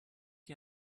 wie